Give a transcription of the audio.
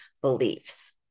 beliefs